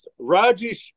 Rajesh